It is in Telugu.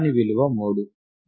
దాని విలువ 3